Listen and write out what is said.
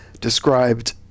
described